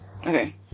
Okay